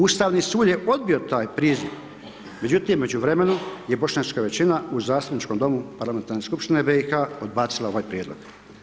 Ustavni sud je odbio taj priziv, međutim u međuvremenu je bošnjačka većina u zastupničkom domu Parlamentarne skupštine BiH-a odbacila ovaj prijedlog.